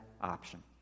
option